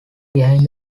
behind